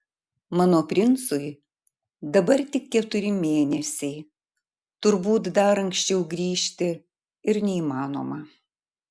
mano princui dabar tik keturi mėnesiai turbūt dar anksčiau grįžti ir neįmanoma